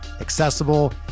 accessible